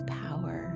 power